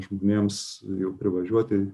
žmonėms jau privažiuoti